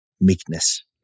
meekness